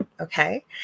Okay